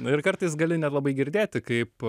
nu ir kartais gali net labai girdėti kaip